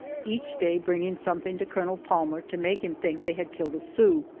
each day bringing something to colonel palmer to make him think they had killed a sioux.